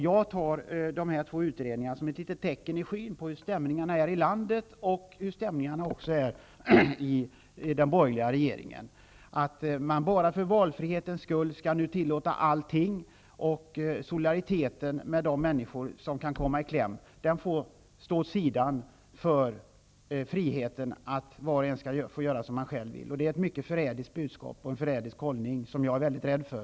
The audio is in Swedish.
Jag tar de två utredningarna som ett litet tecken i skyn på hur stämningarna är i landet och även i den borgerliga regeringen. För valfrihetens skull skall man nu tillåta allt, och solidariteten med de människor som kan komma i kläm får stå åt sidan för var och ens frihet att göra som man vill. Det är ett mycket förrädiskt budskap och en förrädisk hållning, som jag är mycket rädd för.